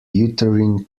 uterine